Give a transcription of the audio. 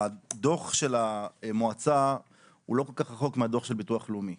הדוח של המועצה הוא לא כל כך רחוק מהדוח של ביטוח לאומי.